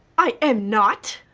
i am not!